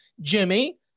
Jimmy